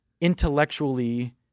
intellectually